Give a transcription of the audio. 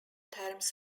terms